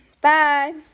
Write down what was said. Bye